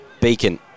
Beacon